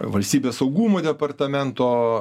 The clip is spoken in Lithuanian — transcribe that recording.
valstybės saugumo departamento